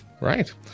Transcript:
Right